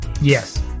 Yes